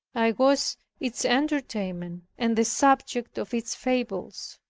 i was its entertainment, and the subject of its fables.